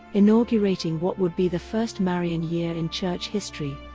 inaugurating what would be the first marian year in church history.